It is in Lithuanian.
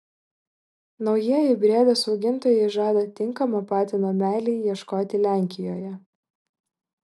naujieji briedės augintojai žada tinkamo patino meilei ieškoti lenkijoje